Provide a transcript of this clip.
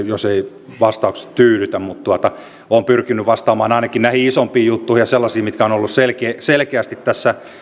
jos eivät vastaukset tyydytä mutta olen pyrkinyt vastaamaan ainakin näihin isompiin juttuihin ja sellaisiin mitkä ovat olleet selkeästi tässä